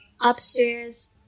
upstairs